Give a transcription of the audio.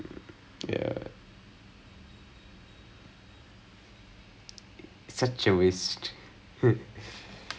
maybe maybe நீ:nii jolly ah இருக்கிறதே பார்த்து:irukkirathae paarthu then she'll be like !chey! such fun group what a fun group அந்த மாதிரி:antha maathiri